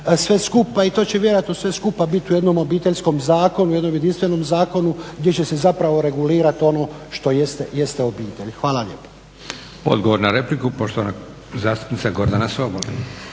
sve skupa i to će vjerojatno sve skupa biti u jednom Obiteljskom zakonu jednom jedinstvenom zakonu gdje će se regulirati ono što jeste obitelj. Hvala lijepo. **Leko, Josip (SDP)** Odgovor na repliku poštovan zastupnica Gordana Sobol